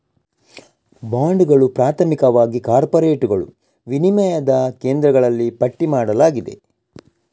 ಬಾಂಡುಗಳು, ಪ್ರಾಥಮಿಕವಾಗಿ ಕಾರ್ಪೊರೇಟುಗಳು, ವಿನಿಮಯ ಕೇಂದ್ರಗಳಲ್ಲಿ ಪಟ್ಟಿ ಮಾಡಲಾಗಿದೆ